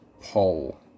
poll